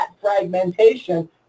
fragmentation